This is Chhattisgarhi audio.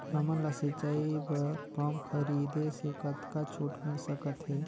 हमन ला सिंचाई बर पंप खरीदे से कतका छूट मिल सकत हे?